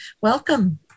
welcome